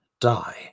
die